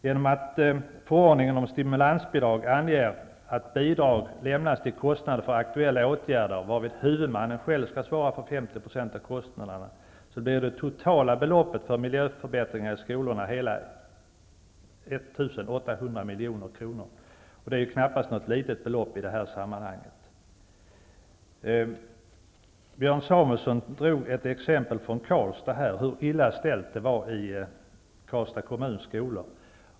Genom att förordningen om stimulansbidrag anger att bidrag lämnas till kostnader för aktuella åtgärder varvid huvudmannen själv skall svara för 50 % av kostnaderna, blir det totala beloppet för miljöförbättringar i skolorna hela 1 800 miljoner kronor. Det är ju knappast något litet belopp. Björn Samuelson drog ett exempel från Karlstad om hur illa ställt det är i Karlstads kommuns skolor.